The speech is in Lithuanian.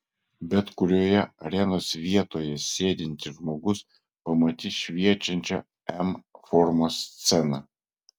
bet kurioje arenos vietoje sėdintis žmogus pamatys šviečiančią m formos sceną